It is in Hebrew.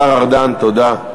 השר ארדן, תודה.